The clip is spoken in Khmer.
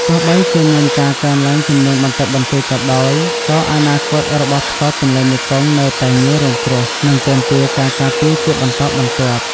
ទោះបីជាមានការកើនឡើងចំនួនបន្តិចបន្តួចក៏ដោយ ក៏អនាគតរបស់ផ្សោតទន្លេមេគង្គនៅតែងាយរងគ្រោះ និងទាមទារការការពារជាបន្តបន្ទាប់។